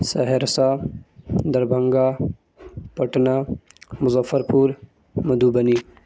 Saharsa Darbhanga Patna Muzaffarpur Madhubani